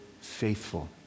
faithful